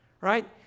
right